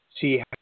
see